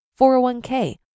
401k